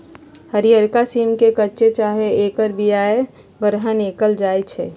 हरियरका सिम के कच्चे चाहे ऐकर बियाके ग्रहण कएल जाइ छइ